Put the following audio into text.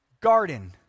garden